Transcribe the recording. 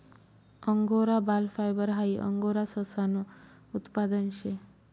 angora बाल fibre हाई angora ससानं उत्पादन शे